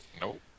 Nope